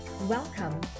Welcome